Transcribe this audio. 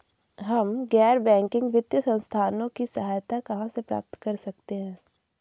हम गैर बैंकिंग वित्तीय संस्थानों की सहायता कहाँ से प्राप्त कर सकते हैं?